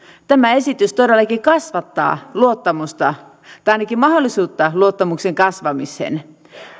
tämä esitys todellakin kasvattaa luottamusta tai ainakin mahdollisuutta luottamuksen kasvamiseen